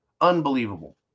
Unbelievable